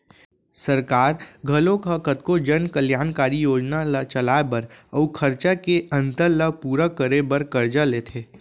सरकार घलोक ह कतको जन कल्यानकारी योजना ल चलाए बर अउ खरचा के अंतर ल पूरा करे बर करजा लेथे